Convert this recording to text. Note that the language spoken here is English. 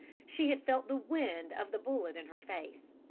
she had felt the wind of the bullet in her face.